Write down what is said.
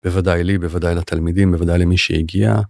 בוודאי לי, בוודאי לתלמידים, בוודאי למי שהגיע.